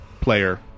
player